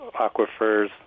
aquifers